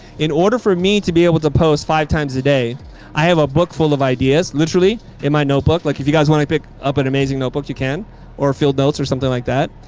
in order for me to be able to post five times a day i have a book full of ideas literally in my notebook. like if you guys want to pick up an amazing notebook you can or field notes or something like that.